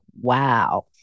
wow